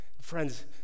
Friends